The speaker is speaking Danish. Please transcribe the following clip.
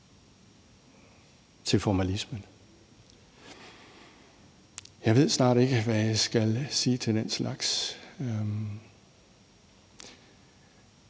til formalismen. Jeg ved snart ikke, hvad jeg skal sige til den slags.